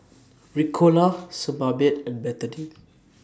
Ricola Sebamed and Betadine